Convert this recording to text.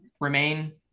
remain